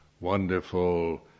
wonderful